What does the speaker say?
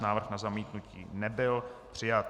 Návrh na zamítnutí nebyl přijat.